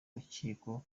rukiko